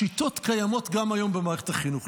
השיטות קיימות גם היום במערכת החינוך.